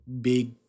big